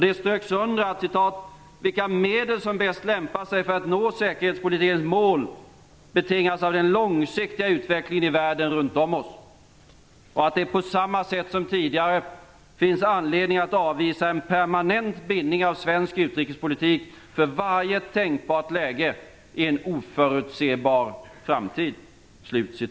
Det ströks under att vilka medel som bäst lämpar sig för att nå säkerhetspolitikens mål betingas av den långsiktiga utvecklingen i världen runt om oss och att det på samma sätt som tidigare finns anledning att avvisa en permanent bindning av svensk utrikespolitik för varje tänkbart läge i en oförutsebar framtid.